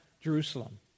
Jerusalem